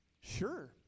sure